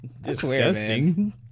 Disgusting